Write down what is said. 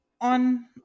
on